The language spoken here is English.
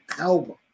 album